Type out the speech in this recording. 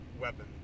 weapon